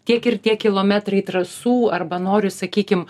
tiek ir tiek kilometrai trasų arba noriu sakykim